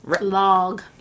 Log